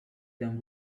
them